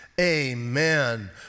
amen